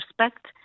respect